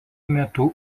metu